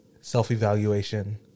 self-evaluation